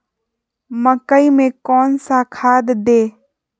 मकई में कौन सा खाद दे?